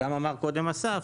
וגם אמר קודם אסף,